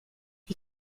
wie